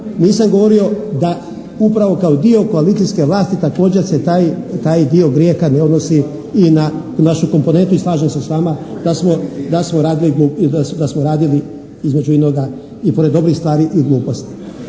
nisam govorio da upravo kao dio koalicijske vlasti također se taj dio grijeha ne odnosi i na našu komponentu i slažem se s vama da smo radili, da smo radili između inoga i pored dobrih stvari i gluposti.